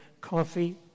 coffee